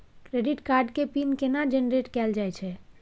Credit card के PIN केना generate कैल जाए छै?